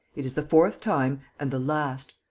it is the fourth time and the last.